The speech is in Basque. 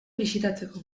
bisitatzeko